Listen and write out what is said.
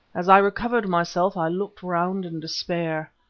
as i recovered myself i looked round in despair.